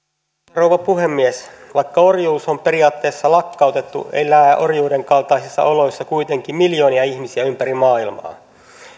rouva puhemies vaikka orjuus on periaatteessa lakkautettu elää orjuuden kaltaisissa oloissa kuitenkin miljoonia ihmisiä ympäri maailmaa